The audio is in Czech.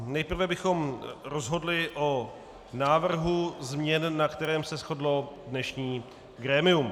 Nejprve bychom rozhodli o návrhu změn, na kterém se shodlo dnešní grémium.